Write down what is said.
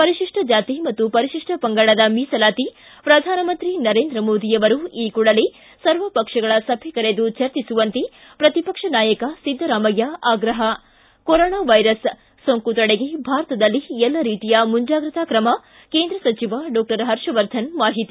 ಪರಿಶಿಷ್ಟ ಜಾತಿ ಮತ್ತು ಪರಿಶಿಷ್ಟ ಪಂಗಡದ ಮೀಸಲಾತಿ ಪ್ರಧಾನಮಂತ್ರಿ ನರೇಂದ್ರ ಮೋದಿ ಅವರು ಈ ಕೂಡಲೇ ಸರ್ವಪಕ್ಷಗಳ ಸಭೆ ಕರೆದು ಚರ್ಚಿಸುವಂತೆ ಪ್ರತಿಪಕ್ಷ ನಾಯಕ ಸಿದ್ದರಾಮಯ್ಯ ಆಗ್ರಹ ಕೊರೋನಾ ವೈರಸ್ ಸೋಂಕು ತಡೆಗೆ ಭಾರತದಲ್ಲಿ ಎಲ್ಲ ರೀತಿಯ ಮುಂಜಾಗ್ರತಾ ಕ್ರಮ ಕೇಂದ್ರ ಸಚಿವ ಡಾಕ್ಷರ್ ಹರ್ಷವರ್ಧನ ಮಾಹಿತಿ